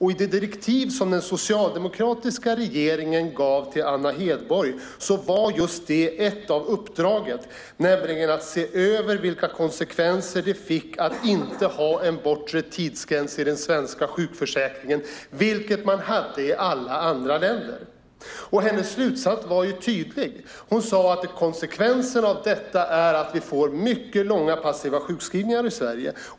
I det direktiv som den socialdemokratiska regeringen gav till Anna Hedborg var ett av uppdragen att se över vilka konsekvenser det fick att inte ha en bortre tidsgräns i den svenska sjukförsäkringen - något man hade i alla andra länder. Hennes slutsats var tydlig. Hon sade att konsekvensen av detta är att vi får mycket långa passiva sjukskrivningar i Sverige.